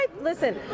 Listen